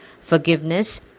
Forgiveness